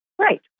Right